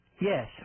Yes